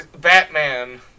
batman